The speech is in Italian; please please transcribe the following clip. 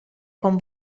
con